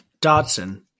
Dodson